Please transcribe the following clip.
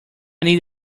need